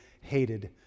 hated